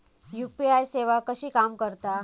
UPI सेवा कशी काम करता?